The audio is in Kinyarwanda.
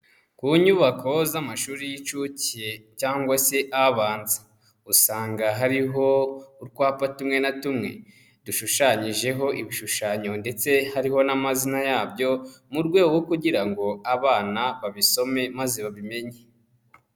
Ku nyubako z'amashuri y'incuke cyangwa se abantu usanga hariho utwapa tumwe na tumwe dushushanyijeho ibishushanyo ndetse hariho n'amazina yabyo, mu rwego rwo kugira ngo abana babisome maze babimenye.